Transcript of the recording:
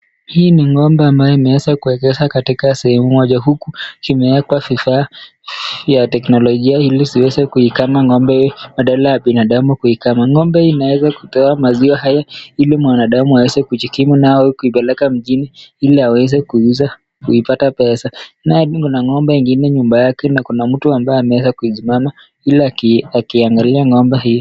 Hii ni ng'ombe ambayo imeweza kuwekeshwa katika sehemu moja. Huku kimewekwa vifaa vya teknolojia ili ziweze kuikama ng'ombe hii, badala ya binadamu kuikama. Ng'ombe inaweza kutoa maziwa haya ili mwanadamu aweze kujikimu nayo, huku ikipeleka mjini ili aweze kuizuza, kuipata pesa. Na kuna ng'ombe ingine nyuma yake na kuna mtu ambaye ameweza kusimama ili akiangalia ng'ombe hii.